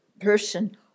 person